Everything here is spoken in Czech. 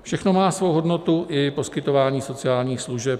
Všechno má svou hodnotu, i poskytování sociálních služeb.